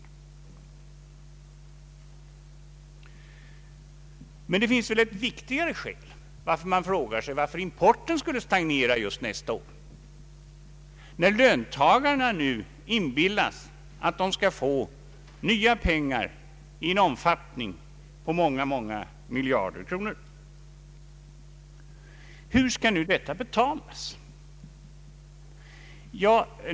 Men det finns väl ett viktigare skäl att fråga sig varför importen skulle stagnera nästa år, när löntagarna nu inbillas att de skall få nya pengar i storleksordningen många, många miljarder kronor. Hur skall detta betalas?